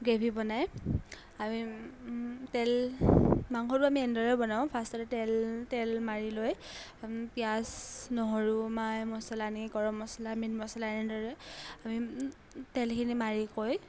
gravy বনাই আমি তেল মাংসটো আমি এনেদৰে বনাওঁ ফাৰ্ষ্টতে তেল তেল মাৰি লৈ পিঁয়াজ নহৰু মা মছলা আনি গৰম মছলা মিট মছলা এনেদৰে আমি তেলখিনি মাৰিকৈ